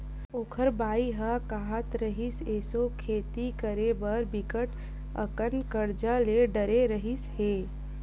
ओखर बाई ह काहत रिहिस, एसो खेती करे बर बिकट अकन करजा ले डरे रिहिस हे